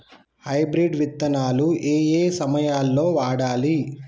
Hybrid విత్తనాలు ఏయే సమయాల్లో వాడాలి?